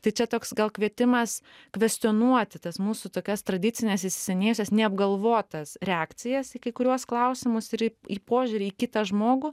tai čia toks gal kvietimas kvestionuoti tas mūsų tokias tradicines įsisenėjusias neapgalvotas reakcijas į kai kuriuos klausimus ir požiūrį į kitą žmogų